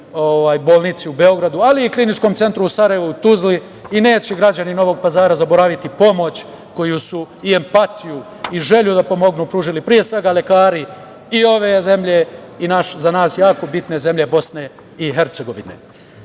bolnici u Beogradu, ali i Kliničkom centru u Sarajevu, Tuzli. Neće građani Novog Pazara zaboraviti pomoć, empatiju i želju da pomognu, koju su pružili pre svega lekari ove zemlje i, za nas jako bitne zemlje, Bosne i Hercegovine. Naravno,